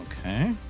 Okay